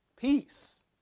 peace